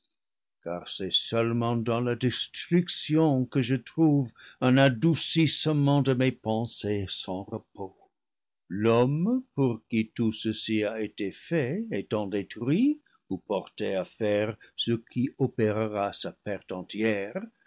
car c'est seulement dans la destruction que je trouve un adoucissement à mes pensées sans repos l'homme pour qui tout ceci a été fait étant détruit ou porté à faire ce qui opérera sa perte entière